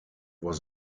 was